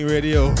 Radio